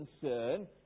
concern